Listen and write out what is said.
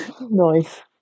nice